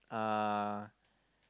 uh